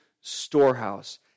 storehouse